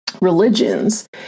religions